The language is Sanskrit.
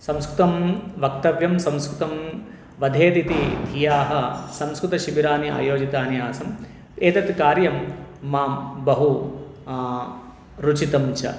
संस्कृतं वक्तव्यं संस्कृतं वर्धयेत् इति धियाः संस्कृतशिबिराणि आयोजितानि आसम् एतत् कार्यं मां बहु रुचितं च